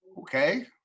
Okay